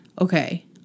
Okay